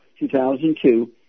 2002